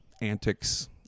antics